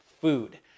food